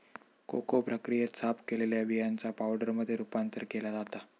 cocoa प्रक्रियेत, साफ केलेल्या बियांचा पावडरमध्ये रूपांतर केला जाता